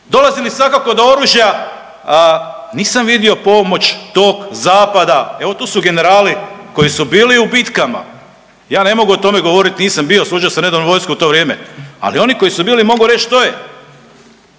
dolazili svakako do oružja nisam vidio pomoć tog zapada, evo tu su generali koji su bili u bitkama. Ja ne mogu o tome govoriti nisam bio, služio sam nedavno vojsku u to vrijeme, ali oni koji su bili mogu reći što je.